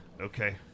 Okay